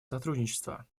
сотрудничества